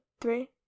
three